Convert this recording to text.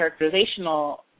characterizational